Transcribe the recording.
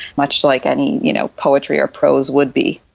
much like any you know poetry or prose would be.